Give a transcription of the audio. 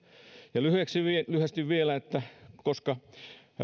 ja lyhyesti vielä että koska